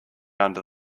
under